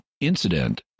incident